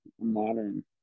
modern